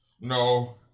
No